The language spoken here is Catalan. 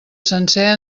sencer